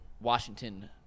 Washington